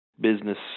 business